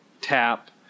tap